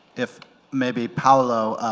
if maybe paulo